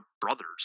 brothers